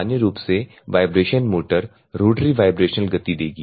सामान्य रूप से वाइब्रेशन मोटर रोटरी वाइब्रेशनल गति देगी